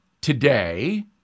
today